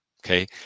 okay